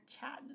chatting